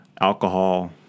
alcohol